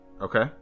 Okay